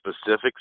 specifics